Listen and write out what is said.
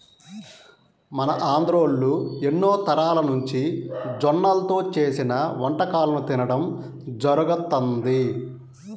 మన ఆంధ్రోల్లు ఎన్నో తరాలనుంచి జొన్నల్తో చేసిన వంటకాలను తినడం జరుగతంది